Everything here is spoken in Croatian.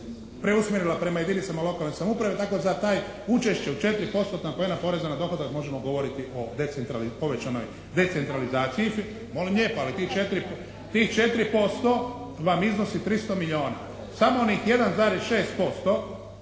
preusmjerila prema jedinicama lokalne samouprave. Tako za taj učešće od 4 postotna poena poreza na dohodak možemo govoriti o povećanoj decentralizaciji. Molim lijepa, ali ti 4% vam iznosi 300 milijuna. Samo onih 1,6%